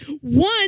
One